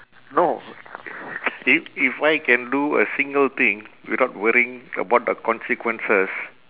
no i~ if I can do a single thing without worrying about the consequences